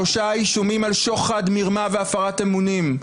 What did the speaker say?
שלושה אישומים על שוחד, מרמה והפרת אמונים.